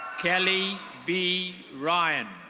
kelly b ryan.